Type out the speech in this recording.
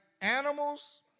animals